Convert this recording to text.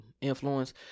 influence